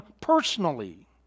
personally